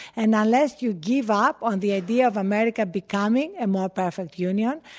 and unless you give up on the idea of america becoming a more perfect union.